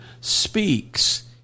speaks